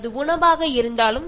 ഇത് വളരെ വിരളമാണ്